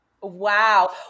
Wow